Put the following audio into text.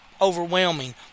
overwhelming